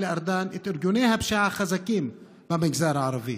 לארדן את ארגוני הפשיעה החזקים במגזר הערבי